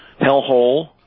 hellhole